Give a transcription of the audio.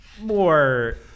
more